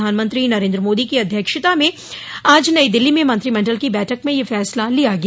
प्रधानमंत्री नरेन्द्र मोदी की अध्यक्षता में आज नई दिल्ली में मंत्रिमंडल की बैठक में यह फैसला लिया गया